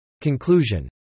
Conclusion